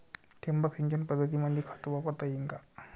ठिबक सिंचन पद्धतीमंदी खत वापरता येईन का?